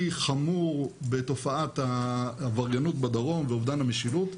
חמור בתופעת העבריינות בדרום ואובדן המשילות.